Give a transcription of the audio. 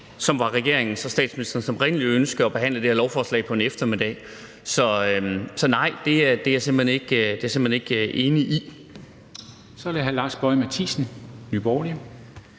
var regeringens og statsministerens oprindelige ønske – at behandle det her lovforslag på en eftermiddag. Så nej, det er jeg simpelt hen ikke enig i. Kl. 12:26 Formanden (Henrik